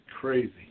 Crazy